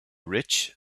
rich